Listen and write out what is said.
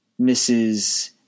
Mrs